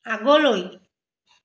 আগলৈ